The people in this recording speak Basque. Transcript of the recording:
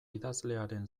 idazlearen